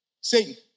Satan